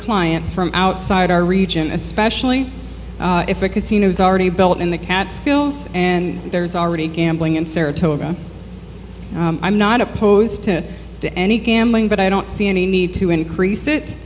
clients from outside our region especially if a casino is already built in the catskills and there's already gambling in saratoga i'm not opposed to to any gambling i don't see any need to increase